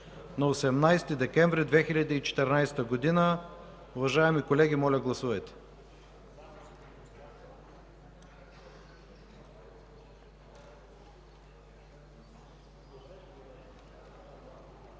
на 18 декември 2014 г. Уважаеми колеги, моля гласувайте.